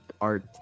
art